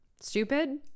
stupid